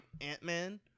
Ant-Man